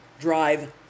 drive